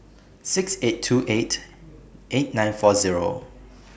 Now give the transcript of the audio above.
six eight two eight eight nine four Zero